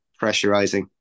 pressurizing